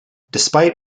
despite